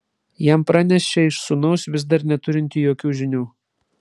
jam pranešė iš sūnaus vis dar neturinti jokių žinių